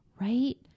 right